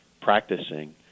practicing